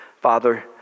Father